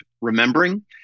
remembering